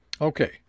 Okay